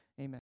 amen